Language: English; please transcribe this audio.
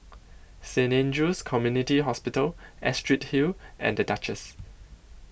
Saint Andrew's Community Hospital Astrid Hill and The Duchess